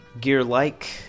Gear-like